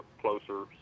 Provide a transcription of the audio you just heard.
closer